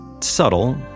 Subtle